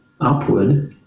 upward